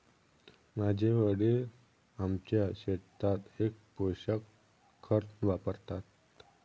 माझे वडील आमच्या शेतात एकच पोषक खत वापरतात